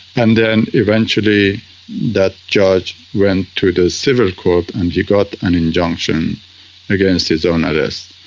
and then eventually that judge went to the civil court and he got an injunction against his own ah arrest.